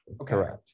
Correct